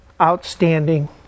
outstanding